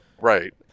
right